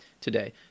today